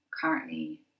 currently